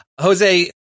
Jose